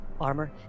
armor